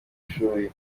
ishuri